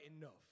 enough